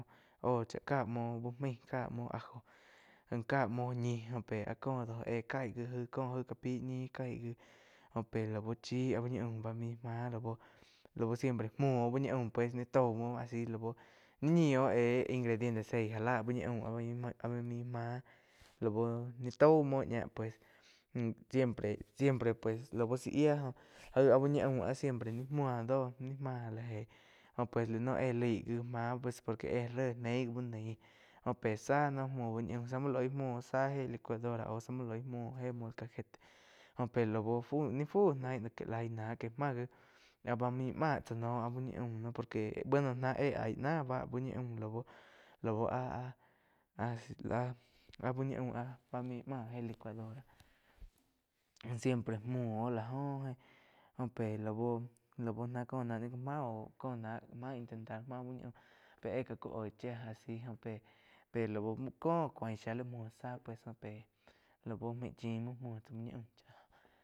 Óh tsi cá muo úh maih, cá muo ajo cá muo ñi joh áh có do óh éh caig gi jo jai cá pai ñi caig gí óh pe lau chí áh úh ñi aum bá main máh lau, lau siempre muo óh úh ñi aum pues nai tao muo asi ni ñi óh éh ingredientes jeí já úh ñi aum áh-áh úh ñi máh lau naí tao muo ña pues siempre, siempre pues lau zá yía aíg áh úh ñi aum áh siempre ni máh do ni ma la leig. Oh pues lá noh éh laig gi máh pues éh ré neig gi úh naíh jo pe záh ná muo úh ñih zá muo loig muo zá éh licuadora au zá muo loi muo héh molcajete óh pe lau ni fu náh que laig náh que máh gi báh main máh tzá no áh bu ñi aum por que bueno náh éh aí náh bu ñi aum lau áh-áh-áh úh ñi aum áh siempre múo óh la joh ph pe lau ná có náh ni má oh intentar maá uh ñi aum pe éh ká uh oig chía a si pe, pe lau cóh óh cuaín shiá la muo zah lau máig chim muo muoh tzá.